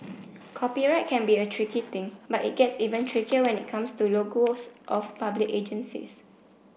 copyright can be a tricky thing but it gets even trickier when it comes to logos of public agencies